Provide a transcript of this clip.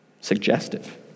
suggestive